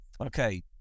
Okay